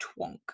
twonk